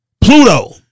Pluto